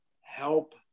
help